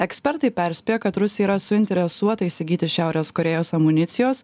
ekspertai perspėja kad rusija yra suinteresuota įsigyti šiaurės korėjos amunicijos